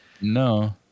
No